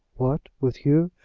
what, with hugh?